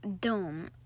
dome